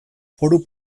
foru